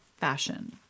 fashion